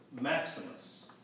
Maximus